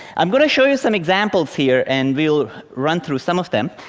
i'm going to show you some examples here, and we will run through some of them.